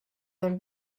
than